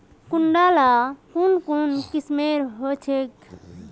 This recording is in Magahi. कीड़ा ला कुन कुन किस्मेर होचए?